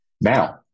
Now